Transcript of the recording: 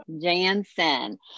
Jansen